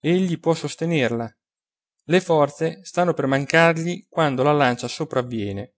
inerte egli può sostenerla le forze stanno per mancargli quando la lancia sopravviene